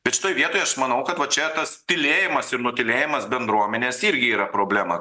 bet šitoj vietoj aš manau kad vat čia tas tylėjimas ir nutylėjimas bendruomenės irgi yra problema